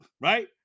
right